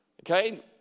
okay